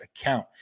account